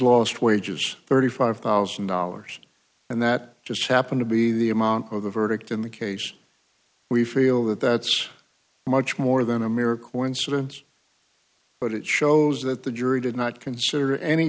lost wages thirty five thousand dollars and that just happened to be the amount of the verdict in the case we feel that that's much more than a mere coincidence but it shows that the jury did not consider any